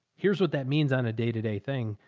here's what that means on a day to day thing.